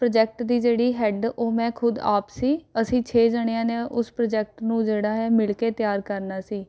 project ਦੀ ਜਿਹੜੀ head ਉਹ ਮੈਂ ਖੁਦ ਆਪ ਸੀ ਅਸੀਂ ਛੇ ਜਣਿਆ ਨੇ ਉਸ ਪ੍ਰੋਜੈਕਟ ਨੂੰ ਜਿਹੜਾ ਹੈ ਮਿਲਕੇ ਤਿਆਰ ਕਰਨਾ ਸੀ